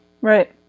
Right